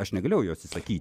aš negalėjau jo atsisakyti